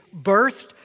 birthed